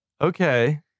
Okay